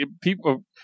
people